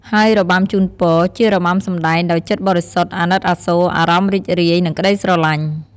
ហើយរបាំជូនពរ ជារបាំសម្ដែងដោយចិត្តបរិសុទ្ធ អាណិតអាសូរ អារម្មណ៍រីករាយ និងក្ដីស្រលាញ់។